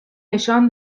نشان